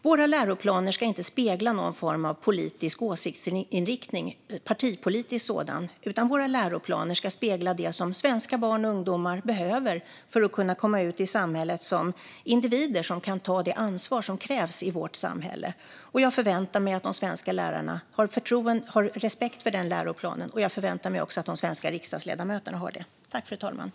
Våra läroplaner ska inte spegla någon form av politisk åsiktsinriktning, partipolitisk sådan, utan våra läroplaner ska spegla det som svenska barn och ungdomar behöver för att kunna komma ut i samhället som individer som kan ta det ansvar som krävs i vårt samhälle. Jag förväntar mig att de svenska lärarna har respekt för den läroplanen, och jag förväntar mig att de svenska riksdagsledamöterna också har det.